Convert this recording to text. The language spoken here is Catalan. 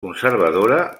conservadora